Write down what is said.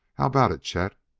how about it, chet?